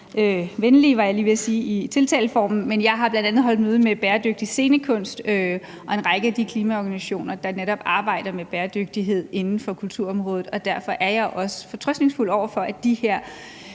venlige, var jeg lige ved at sige, i tiltaleformen. Men jeg har bl.a. holdt møde med Bæredygtig Scenekunst og en række af de klimaorganisationer, der netop arbejder med bæredygtighed inden for kulturområdet, og derfor er jeg også fortrøstningsfuld over for, at de her